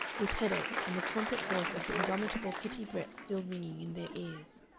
with headaches and the trumpet voice of the indomitable kitty brett still ringing in their ears.